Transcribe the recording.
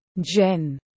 Jen